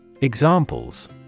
Examples